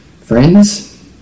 friends